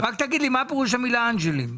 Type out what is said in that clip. רק מה פירוש אנג'לים?